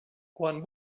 quan